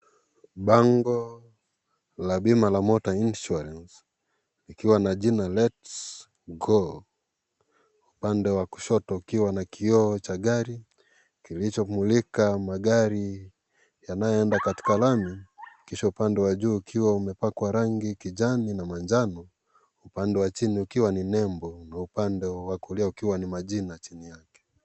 Bango la bima la Motor Insurance likiwa na jina " Let's go ". Upande wa kushoto ukiwa na kioo cha gari kilichomulika magari yanayoenda katika lami. Kisha upande wa juu ukiwa umepakwa rangi kijani na manjano. Upande wa chini ukiwa ni nembo na upande wa kulia ukiwa ni majina chini yake.